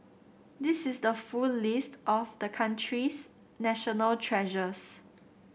this is the full list of the country's national treasures